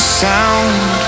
sound